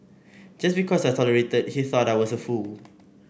just because I tolerated he thought I was a fool